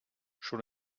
schon